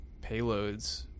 payloads